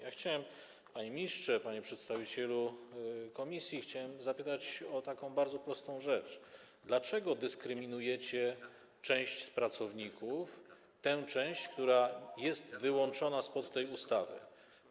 Ja chciałem, panie ministrze, panie przedstawicielu komisji, zapytać o taką bardzo prostą rzecz: Dlaczego dyskryminujecie część pracowników, tę część, która jest wyłączona spod tej ustawy?